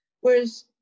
whereas